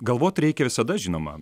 galvot reikia visada žinoma